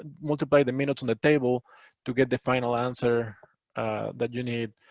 and multiply the minutes on the table to get the final answer that you need.